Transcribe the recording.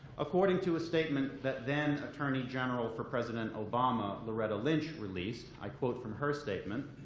according to a statement that then attorney general for president obama, loretta lynch, released, i quote from her statement,